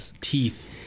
teeth